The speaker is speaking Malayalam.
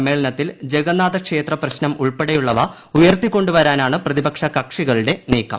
സമ്മേളനത്തിൽ ജഗന്നാഥ ക്ഷേത്ര പ്രശ്നം ഉൾപ്പെടെയുള്ളവ ഉയർത്തിക്കൊണ്ടുവരാനാണ് പ്രതിപക്ഷ കക്ഷികളുടെ നീക്കം